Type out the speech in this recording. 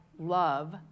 love